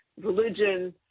religion